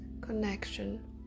connection